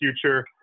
future